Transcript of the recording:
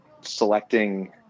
selecting